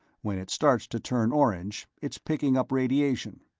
when it starts to turn orange, it's picking up radiation.